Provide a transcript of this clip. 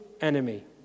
enemy